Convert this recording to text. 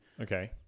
Okay